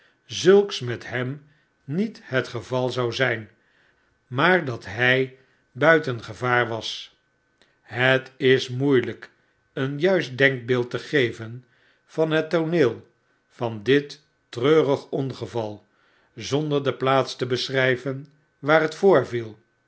zulks met hem niet het geval zou zgn raaar dat hg buiten gevaar was het is moeielp eenjuist denkbeeld te geven van het tooneel van dit treurig ongeval zonder de plaats te beschryven waar het voorviel